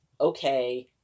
okay